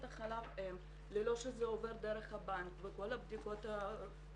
חלב האם ללא שזה עובר דרך הבנק וללא שזה עובר את כל הבדיקות הנדרשות.